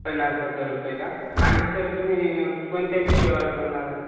पन्नास हजार रुपये का आणि सर तुम्ही कोणत्या विषयवर बोलणार आहात